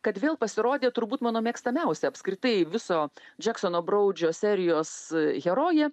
kad vėl pasirodė turbūt mano mėgstamiausia apskritai viso džeksono broudžio serijos herojė